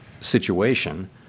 situation